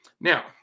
Now